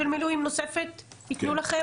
של מילואים נוספת ייתנו לכם?